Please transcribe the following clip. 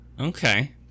Okay